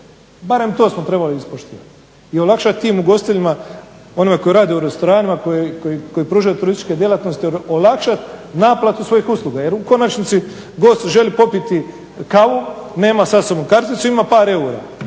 barem to smo trebali ispoštivati i olakšati tim ugostiteljima onima koji rade u restoranima, koji pružaju turističke djelatnosti olakšat naplatu svojih usluga. Jer u konačnici gost želi popiti kavu, nema sa sobom karticu ima par eura